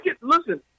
listen